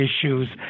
issues